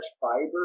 fiber